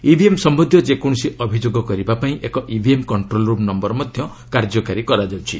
EVM ସମ୍ପନ୍ଧୀୟ ଯେକୌଣସି ଅଭିଯୋଗ କରିବା ପାଇଁ ଏକ ଇଭିଏମ୍ କଷ୍ଟ୍ରୋଲ୍ରୁମ୍ ନମ୍ଘର ମଧ୍ୟ କାର୍ଯ୍ୟକାରୀ କରାଯାଉଛି